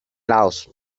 laos